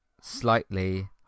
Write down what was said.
slightly